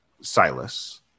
Silas